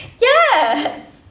yes